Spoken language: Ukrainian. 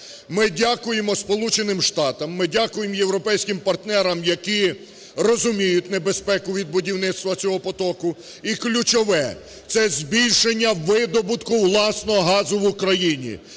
Ми дякуємо Сполученим Штатам, ми дякуємо європейським партнерам, які розуміють небезпеку від будівництва цього потоку. І ключове – це збільшення видобутку власного газу в Україні,